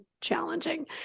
challenging